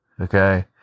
okay